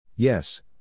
Yes